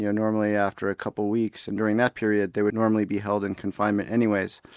yeah normally after a couple of weeks and during that period they would normally be held in confinement anyway,